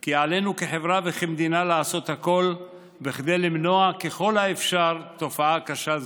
כי עלינו כחברה וכמדינה לעשות הכול כדי למנוע ככל האפשר תופעה קשה זו.